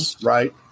right